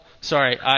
Sorry